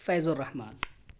فیض الرحمن